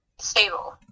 stable